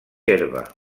herba